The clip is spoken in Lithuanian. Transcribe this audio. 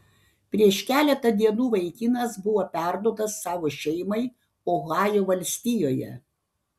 prieš keletą dienų vaikinas buvo perduotas savo šeimai ohajo valstijoje